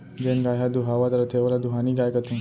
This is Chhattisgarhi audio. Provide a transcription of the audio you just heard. जेन गाय ह दुहावत रथे ओला दुहानी गाय कथें